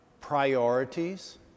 priorities